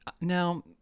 Now